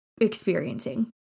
experiencing